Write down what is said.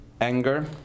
anger